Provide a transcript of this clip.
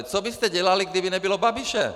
Co byste dělali, kdyby nebylo Babiše?